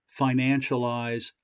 financialize